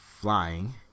flying